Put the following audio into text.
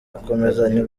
gukomezanya